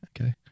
Okay